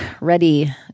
ready